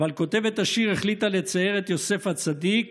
אבל כותבת השיר החליטה לצייר את יוסף הצדיק